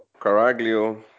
Caraglio